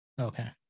Okay